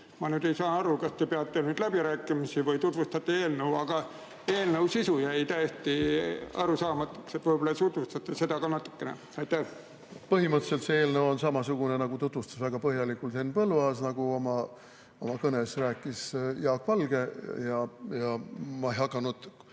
Ma ei saa aru, kas te peate läbirääkimisi või tutvustate eelnõu, aga eelnõu sisu jäi täiesti arusaamatuks. Võib-olla tutvustate seda ka natuke. Põhimõtteliselt see eelnõu on samasugune, nagu tutvustas väga põhjalikult Henn Põlluaas ja nagu rääkis oma kõnes Jaak Valge. Ma ei hakanud